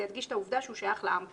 זה ידגיש את העובדה שזה שייך לעם כולו.